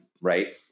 right